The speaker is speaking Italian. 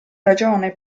ragione